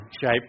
shape